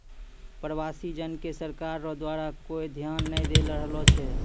प्रवासी जन के सरकार रो द्वारा कोय ध्यान नै दैय रहलो छै